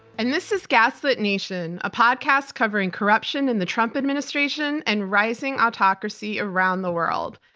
and this is gaslit nation, a podcast covering corruption in the trump administration and rising autocracy around the world.